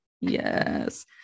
Yes